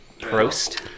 prost